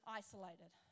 isolated